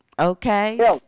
Okay